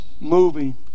moving